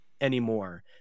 anymore